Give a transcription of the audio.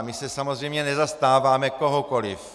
My se samozřejmě nezastáváme kohokoli.